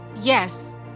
Yes